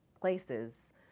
places